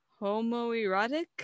homoerotic